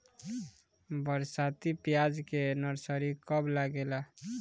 बरसाती प्याज के नर्सरी कब लागेला?